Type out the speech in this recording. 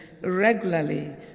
regularly